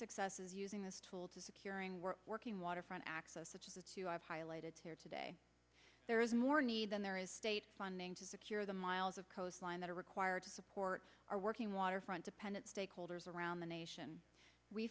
successes using this tool to securing we're working waterfront access such as the two i've highlighted here today there is more need than there is state funding to secure the miles of coastline that are required to support our working waterfront dependent stakeholders around the nation we